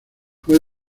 fue